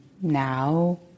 now